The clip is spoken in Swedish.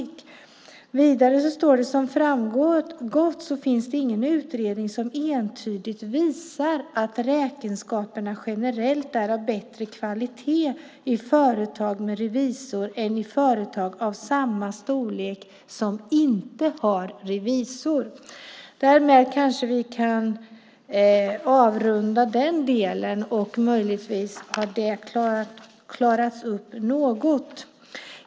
Vidare står det: "Som framgått . finns det ingen utredning som entydigt visar att räkenskaperna generellt är av bättre kvalitet i företag med revisor än i företag av samma storlek som inte har revisor." Därmed kanske vi kan avrunda den delen, och möjligtvis har det klarats upp något.